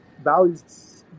values